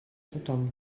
tothom